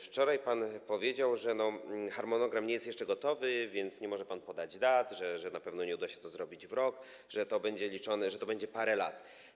Wczoraj pan powiedział, że harmonogram nie jest jeszcze gotowy, więc nie może pan podać dat, że na pewno nie uda się tego zrobić w rok, że liczy się, że to będzie parę lat.